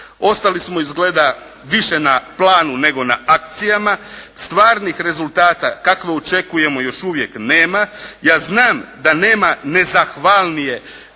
ostali smo izgleda više na planu, nego na akcijama, stvarnih rezultata kakve očekujemo još uvijek nema. Ja znam da nema nezahvalnije